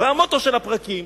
והמוטו של הפרקים,